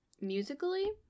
musically